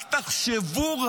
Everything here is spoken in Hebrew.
רק תחשבו,